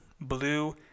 blue